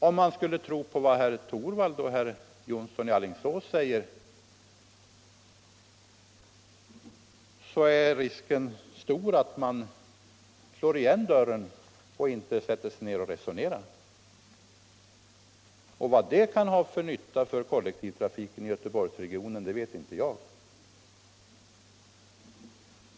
Om man skulle tro på vad herr Torwald och herr Jonsson i Alingsås säger, är risken stor att man slår igen dörren och inte sätter sig ner och resonerar. Vilken nytta det kan ha för kollektivtrafiken i Göteborgsregionen vet inte jag.